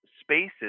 spaces